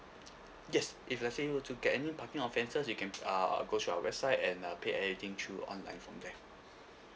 yes if let say you were to get any parking offences you can uh go to our website and uh pay at the thing through online from there